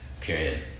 period